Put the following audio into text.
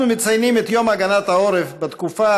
אנחנו מציינים את יום הגנת העורף בתקופה